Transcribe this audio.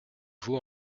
vous